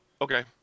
okay